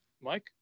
Mike